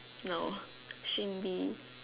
no Shin-Lee